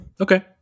Okay